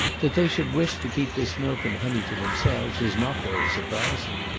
that they should wish to keep this milk and honey to themselves, is not very surprising.